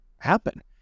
happen